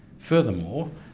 furthermore,